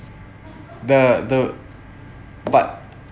the the but